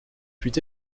fut